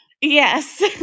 Yes